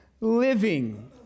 living